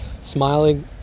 smiling